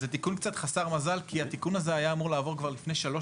זה תיקון חסר מזל כי התיקון הזה היה אמור לעבור כבר לפני שלוש